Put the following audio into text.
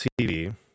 TV